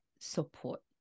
support